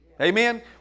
Amen